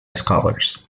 scholars